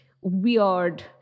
weird